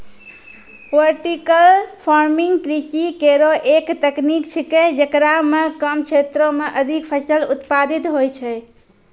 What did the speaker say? vertical farming कृषि केरो एक तकनीक छिकै, जेकरा म कम क्षेत्रो में अधिक फसल उत्पादित होय छै